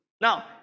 Now